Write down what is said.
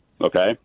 Okay